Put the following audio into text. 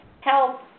help